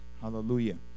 Hallelujah